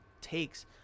takes